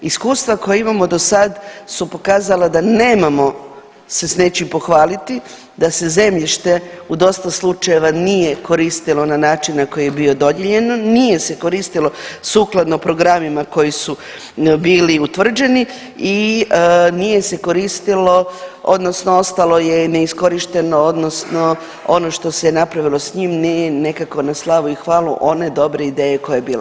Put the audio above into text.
Iskustva koja imamo dosada su pokazala da nemamo se s nečim pohvaliti, da se zemljište u dosta slučajeva nije koristilo na način na koji je bilo dodijeljeno, nije se koristilo sukladno programima koji su bili utvrđeni i nije se koristilo odnosno ostalo je i neiskorišteno odnosno ono što se je napravilo s njim nije nekako na slavu i hvalu one dobre ideje koja je bila.